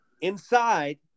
inside